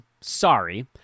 Sorry